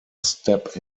step